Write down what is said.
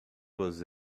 was